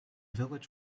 village